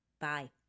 Bye